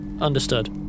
Understood